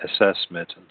assessment